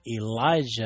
Elijah